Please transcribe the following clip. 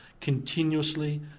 continuously